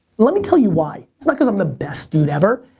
let me tell you why. it's not cause i'm the best dude ever.